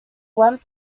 went